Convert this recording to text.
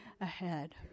ahead